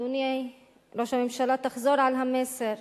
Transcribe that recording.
אדוני ראש הממשלה, תחזור על המסר,